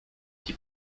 qui